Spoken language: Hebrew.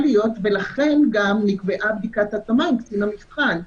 ולכן גם נקבעה בדיקת התאמה עם קצין המבחן.